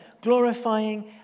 glorifying